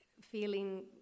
feeling